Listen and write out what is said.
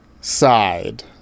side